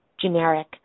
generic